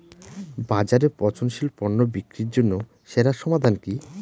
বাজারে পচনশীল পণ্য বিক্রির জন্য সেরা সমাধান কি?